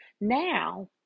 Now